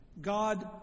God